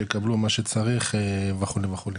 שיקבלו מה שצריך וכו' וכו'.